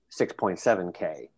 6.7K